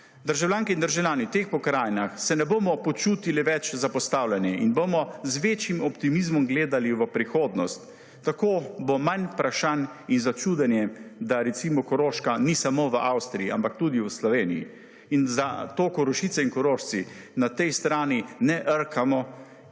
Državljanke in državljanih v teh pokrajinah se ne bomo počutili več zapostavljeni in bomo z večjim optimizmom gledali v prihodnost, tako bo manj vprašanj in začudenje, da recimo Koroška ni samo v Avstriji, ampak tudi v Sloveniji. In za to Korošice in Korošci na tej strani ne rkamo